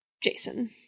Jason